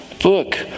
Book